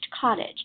cottage